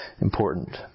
important